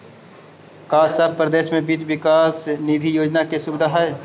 का सब परदेश में वित्त विकास निधि योजना के सुबिधा हई?